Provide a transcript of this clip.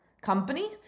company